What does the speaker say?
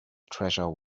treasure